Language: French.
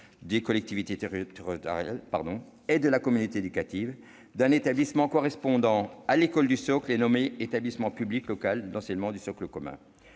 des collectivités territoriales et de la communauté éducative, d'un établissement correspondant à l'école du socle et nommé « établissement public local d'enseignement du socle commun